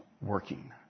working